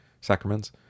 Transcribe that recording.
sacraments